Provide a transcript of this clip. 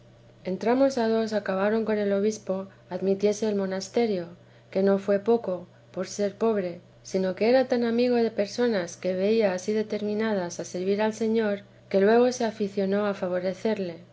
entrambos a dos acabaron con el obispo admitiese el monasterio que no fué poco por ser pobre sino que era tan amigo de personas que veía ansí determinadas a servir al señor que luego se aficionó a favorecerle